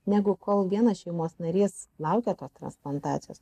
negu kol vienas šeimos narys laukia tos transplantacijos